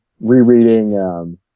rereading